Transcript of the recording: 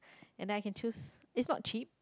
and then I can choose it's not cheap